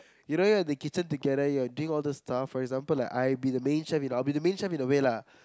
you know you're in the kitchen together you're doing all those stuff for example like I'll be the main chef I'll be the main chef anyway lah